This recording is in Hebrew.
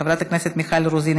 חברת הכנסת מיכל רוזין,